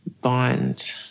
bond